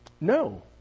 No